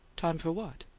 time for what?